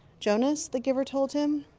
jonas, the giver told him,